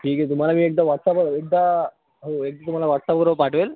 ठीक आहे तुम्हाला मी एकदा वॉट्साप्वर एकदा हो एकदा तुम्हाला वॉट्साप्वर पाठवेल